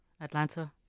Atlanta